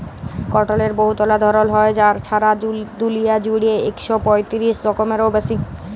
কটলের বহুতলা ধরল হ্যয়, ছারা দুলিয়া জুইড়ে ইক শ পঁয়তিরিশ রকমেরও বেশি